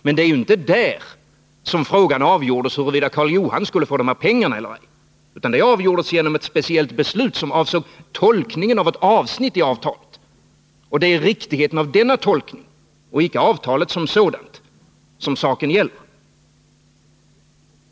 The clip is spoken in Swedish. Men det är ju inte där som frågan avgjordes huruvida Karl Johan skulle få pengarna eller ej, utan det avgjordes genom ett speciellt beslut som avsåg tolkningen av ett avsnitt i avtalet. Och det är riktigheten av denna tolkning och inte avtalet som sådant som saken gäller.